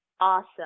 awesome